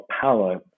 power